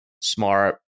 smart